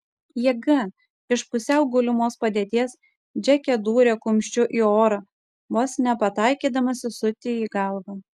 jėga iš pusiau gulimos padėties džeke dūrė kumščiu į orą vos nepataikydama sesutei į galvą